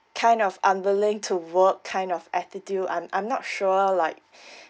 kind of unwilling to work kind of attitude I'm I'm not sure like